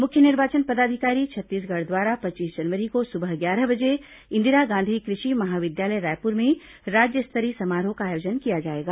मुख्य निर्वाचन पदाधिकारी छत्तीसगढ़ द्वारा पच्चीस जनवरी को सुबह ग्यारह बजे इंदिरा गांधी कृषि महाविद्यालय रायपुर में राज्य स्तरीय समारोह का आयोजन किया जाएगा